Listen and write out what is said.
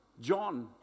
John